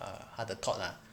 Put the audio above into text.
err 他的 thought lah